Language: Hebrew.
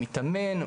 הוא מתאמן,